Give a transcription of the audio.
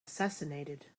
assassinated